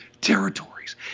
territories